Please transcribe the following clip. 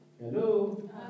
Hello